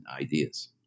ideas